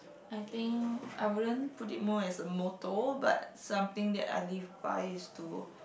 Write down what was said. I think I wouldn't put it more as a motto but something that I live by is to